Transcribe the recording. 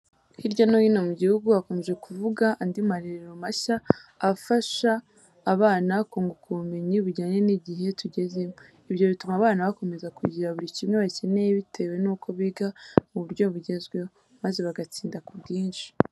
Hirya no hino mu gihugu hakomeje kuvuga andi marero mashya, afasha abana kunguka ubumenyi bujyanye ni igihe tugezemo. Ibyo bituma abana bakomeza kugira buri kimwe bakeneye bitewe nuko biga mu buryo bugezweho, maze bagatsinda ku bwinshi.